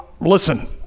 listen